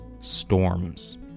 storms